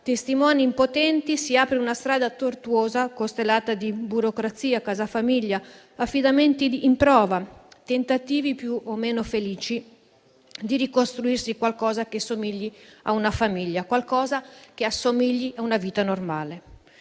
testimoni impotenti, si apre una strada tortuosa, costellata di burocrazia, casa famiglia, affidamenti in prova, tentativi più o meno felici di ricostruirsi qualcosa che assomigli a una famiglia, qualcosa che assomigli a una vita normale.